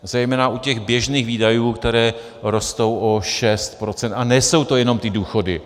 Zejména u běžných výdajů, které rostou o 6 %, a nejsou to jenom ty důchody.